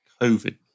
COVID